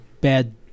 bad